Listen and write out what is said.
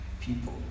people